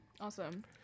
Awesome